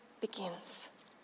begins